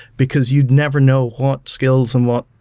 because you'd never know what skills and what